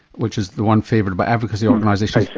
which is the one favoured by advocacy organisations,